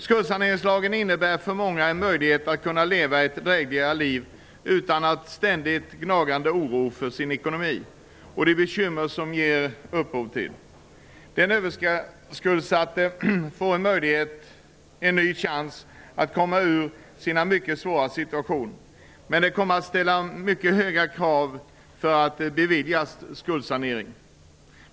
Skuldsaneringslagen innebär för många en möjlighet att leva ett drägligare liv utan en ständigt gnagande oro för ekonomin och utan de bekymmer som den ger upphov till. Den överskuldsatte får en möjlighet, en ny chans, att komma ur sin mycket svåra situation. Men det kommer att ställas mycket höga krav för att skuldsanering skall beviljas.